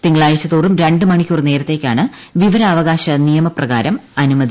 തിങ്കളാഴ്ച തോറും രണ്ട് മണിക്കൂർ നേരത്തേക്കാണ് വിവരാവകാശ നിയമപ്രകാരം ഇതിന് അനുമതി